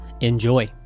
Enjoy